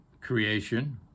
creation